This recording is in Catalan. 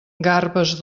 garbes